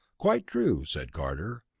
quite true, said carter.